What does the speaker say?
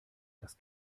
das